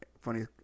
funny